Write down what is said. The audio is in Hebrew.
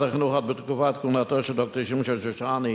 החינוך עוד בתקופת כהונתו של ד"ר שמשון שושני,